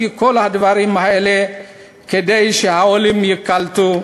כל הדברים האלה כדי שהעולים ייקלטו.